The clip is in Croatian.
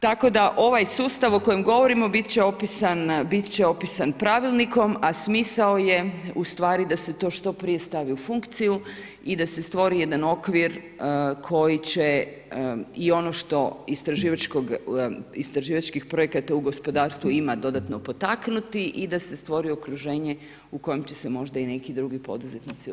Tako da ovaj sustav o kojem govorim biti će opisan pravilnikom, a smisao je u stvari, da se to što prije stavi u funkciju i da se stvori jedan okvir, koji će i ono što istraživačkog projekata u gospodarstvu ima dodatno potaknuti i da se stvori okruženje u kojem će se možda i neki drugi poduzetnici odlučiti za to.